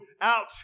out